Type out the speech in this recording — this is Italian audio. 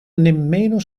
nemmeno